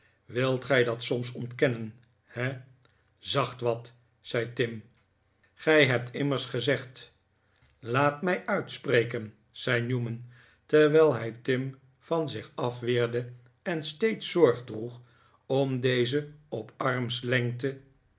wilt gij dat soms ontkennen he zacht wat zei tim gij hebt immers gezegd laat mij uitspreken zei newman terwijl hij tim van zich afweerde en steeds zorg droeg om dezen op